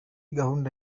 gahunda